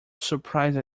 surprised